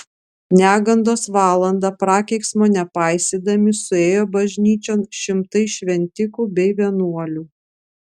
negandos valandą prakeiksmo nepaisydami suėjo bažnyčion šimtai šventikų bei vienuolių